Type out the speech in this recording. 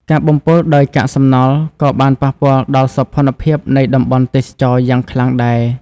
ការបំពុលដោយកាកសំណល់ក៏បានប៉ះពាល់ដល់សោភ័ណភាពនៃតំបន់ទេសចរណ៍យ៉ាងខ្លាំងដែរ។